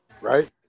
right